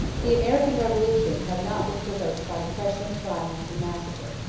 the american revolution had not been provoked by oppression, violence, and massacre.